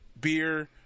beer